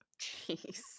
Jeez